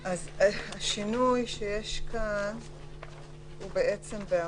השינוי שיש כאן הוא בעצם בעמ'